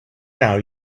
now